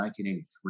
1983